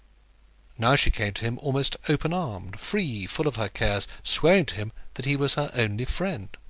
now she came to him almost open-armed, free, full of her cares, swearing to him that he was her only friend!